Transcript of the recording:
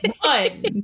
One